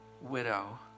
widow